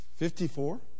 54